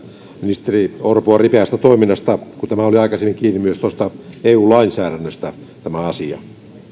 ministeri orpoa ripeästä toiminnasta kun tämä asia oli aikaisemmin kiinni myös eu lainsäädännöstä